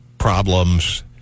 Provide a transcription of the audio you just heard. problems